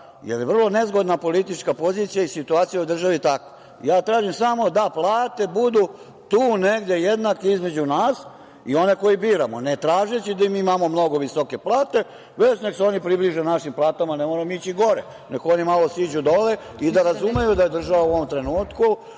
jer je vrlo nezgodna politička pozicija i situacija u državi, da plate budu tu negde jednake između nas i onih koje biramo, ne tražeći da imamo mnogo visoke plate, već nek se oni približe našim platama. Ne moramo mi ići gore, nek oni malo siđu dole i da razumeju da je država u ovom trenutku,